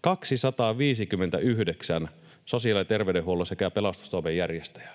259 sosiaali- ja terveydenhuollon sekä pelastustoimen järjestäjää,